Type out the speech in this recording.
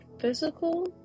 physical